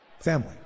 family